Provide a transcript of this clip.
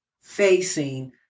facing